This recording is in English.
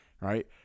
Right